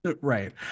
right